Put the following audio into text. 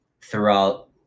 throughout